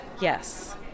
Yes